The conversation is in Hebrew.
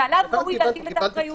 ועליו ראוי להטיל את האחריות,